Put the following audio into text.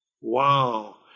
Wow